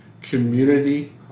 Community